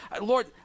Lord